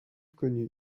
connue